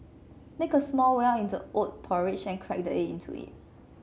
make a small well in the oat porridge and crack the egg into it